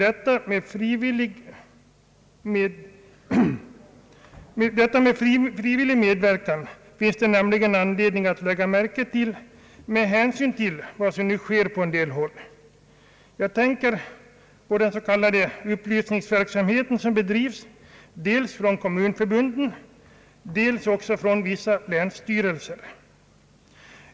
Att det skall vara frivillig medverkan finns det nämligen anledning att lägga märke till med hänsyn till vad som nu sker på en del håll. Jag tänker på den s.k. upplysningsverksamhet som be drivs dels av kommunförbunden, dels av vissa länsstyrelser.